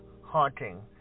Haunting